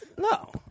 No